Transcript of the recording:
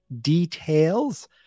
details